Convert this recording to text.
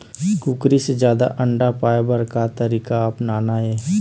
कुकरी से जादा अंडा पाय बर का तरीका अपनाना ये?